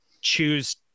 choose